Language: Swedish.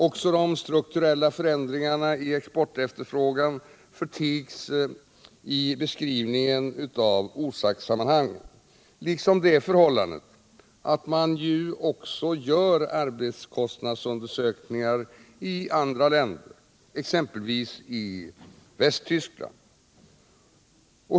Också de strukturella förändringarna i exportefterfrågan förtigs i beskrivningen av orsakssammanhangen, liksom det förhållandet att man också gör arbetskostnadsundersökningar i andra länder, exempelvis Västtyskland.